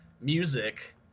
music